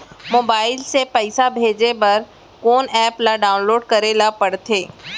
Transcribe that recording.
Mobile से पइसा भेजे बर कोन एप ल डाऊनलोड करे ला पड़थे?